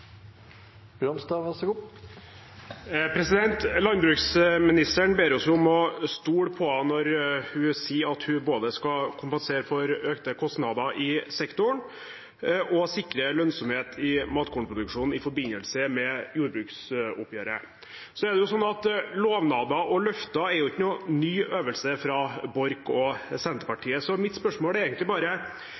Landbruksministeren ber oss om å stole på henne når hun sier at hun både skal kompensere for økte kostnader i sektoren og sikre lønnsomhet i matkornproduksjonen i forbindelse med jordbruksoppgjøret. Lovnader og løfter er jo ikke noen ny øvelse fra Borch og Senterpartiet, så mitt spørsmål er egentlig bare: